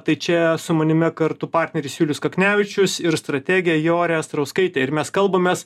tai čia su manimi kartu partneris julius kaknevičius ir strategė jorė astrauskaitė ir mes kalbamės